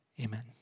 Amen